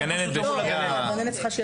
הגננת יודעת.